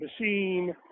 machine